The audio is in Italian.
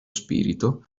spirito